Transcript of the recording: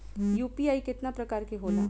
UPI केतना प्रकार के होला?